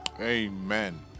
Amen